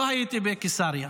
לא הייתי בקיסריה.